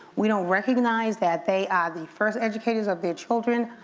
we don't recognize that they are the first educators of their children.